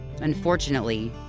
Unfortunately